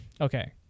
Okay